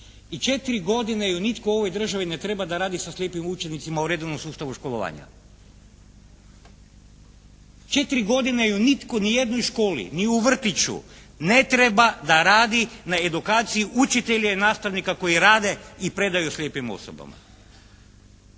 i četiri godine je nitko u ovoj državi ne treba da radi sa slijepim učenicima u redovnom sustavu školovanja. Četiri godine je nitko, ni u jednoj školi, ni u vrtiću ne treba da radi na edukaciji učitelja i nastavnika koji rade i predaju slijepim osobama.